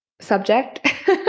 subject